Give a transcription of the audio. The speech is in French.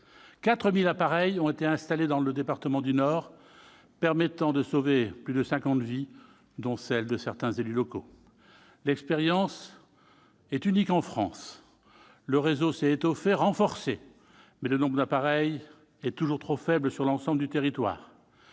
4 000 appareils y ont été installés, permettant de sauver plus de cinquante vies, dont celles de certains élus locaux. L'expérience est unique en France. Le réseau s'est étoffé et renforcé, mais le nombre d'appareils est toujours trop faible sur l'ensemble du territoire.